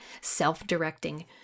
self-directing